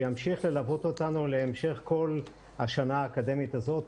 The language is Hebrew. שימשיך ללוות אותנו להמשך כל השנה האקדמית הזאת,